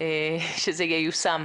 ושזה ייושם.